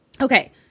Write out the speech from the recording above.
Okay